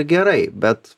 gerai bet